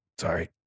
Sorry